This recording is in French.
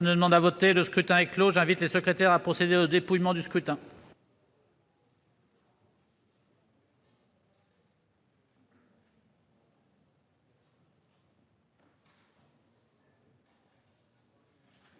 Le scrutin est clos. J'invite Mmes et MM. les secrétaires à procéder au dépouillement du scrutin.